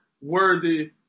worthy